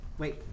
Wait